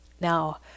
Now